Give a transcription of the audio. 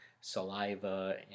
saliva